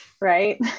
right